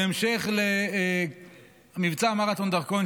בהמשך למבצע "מרתון דרכון",